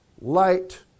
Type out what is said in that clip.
light